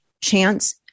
chance